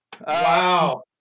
Wow